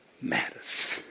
matters